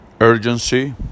Urgency